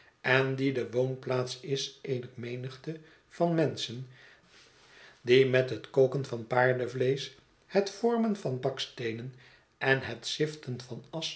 en die de woonplaats is eener menigte van menschen die met het koken van paardevleesch het vormen van baksteenen en het ziften van